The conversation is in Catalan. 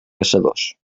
caçadors